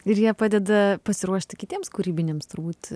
ir jie padeda pasiruošti kitiems kūrybiniams turbūt